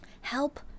Help